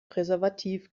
präservativ